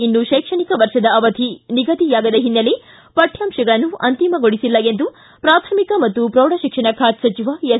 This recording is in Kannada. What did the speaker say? ಇನ್ನೂ ಶೈಕ್ಷಣಿಕ ವರ್ಷದ ಅವಧಿ ನಿಗದಿಯಾಗದ ಹಿನ್ನೆಲೆ ಪಠ್ಕಾಂತಗಳನ್ನು ಅಂತಿಮಗೊಳಿಸಿಲ್ಲ ಎಂದು ಪ್ರಾಥಮಿಕ ಮತ್ತು ಪ್ರೌಢಶಿಕ್ಷಣ ಖಾತೆ ಸಚಿವ ಎಸ್